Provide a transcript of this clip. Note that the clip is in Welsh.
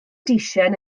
deisen